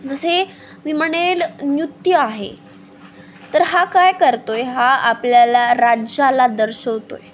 जसे मी म्हणेल नृत्य आहे तर हा काय करतो आहे हा आपल्याला राज्याला दर्शवतो आहे